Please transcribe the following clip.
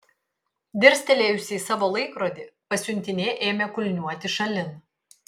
dirstelėjusi į savo laikrodį pasiuntinė ėmė kulniuoti šalin